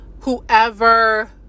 whoever